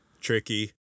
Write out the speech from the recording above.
tricky